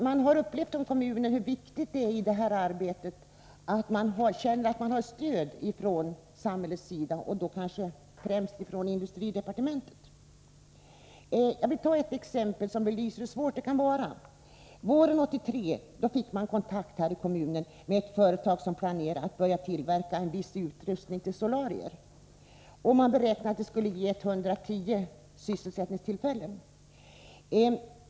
Man har i kommunen upplevt hur viktigt det är att känna att man har ett stöd från samhällets sida, och då främst från industridepartementet. Jag vill ta ett exempel som belyser hur svårt det kan vara. Våren 1983 fick kommunen kontakt med ett företag som planerade att börja tillverka viss utrustning till solarier. Man beräknade att det skulle ge 110 sysselsättningstillfällen.